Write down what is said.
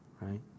right